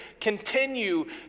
Continue